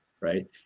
Right